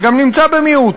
שגם נמצא במיעוט,